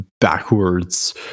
backwards